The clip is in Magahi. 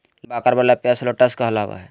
लंबा अकार वला प्याज शलोट्स कहलावय हय